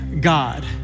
God